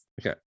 okay